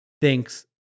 Thinks